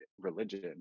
religion